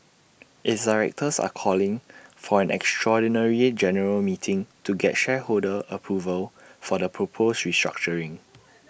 its directors are calling for an extraordinary general meeting to get shareholder approval for the proposed restructuring